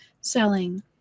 selling